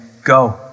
go